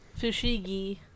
Fushigi